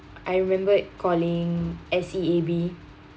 I remembered calling S_E_A_B